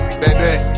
baby